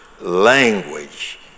language